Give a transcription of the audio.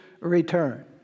return